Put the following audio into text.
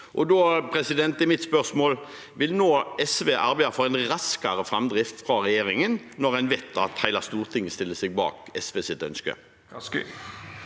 Da er mitt spørsmål: Vil SV arbeide for raskere framdrift fra regjeringen når en vet at hele Stortinget stiller seg bak SVs ønske?